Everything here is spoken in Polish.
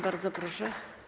Bardzo proszę.